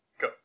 Go